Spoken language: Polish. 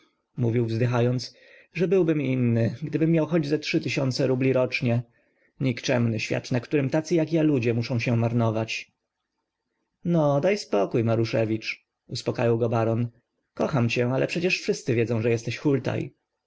mówił wzdychając że byłbym inny gdybym miał choć ze trzy tysiące rubli rocznie nikczemny świat na którym tacy jak ja ludzie muszą się marnować no daj spokój maruszewicz uspokajał go baron kocham cię ale przecie wszyscy wiedzą że jesteś hultaj